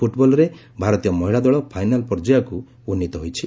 ଫୁଟ୍ବଲ୍ରେ ଭାରତୀୟ ମହିଳା ଦଳ ଫାଇନାଲ୍ ପର୍ଯ୍ୟାୟକୁ ଉନ୍ନୀତ ହୋଇଛି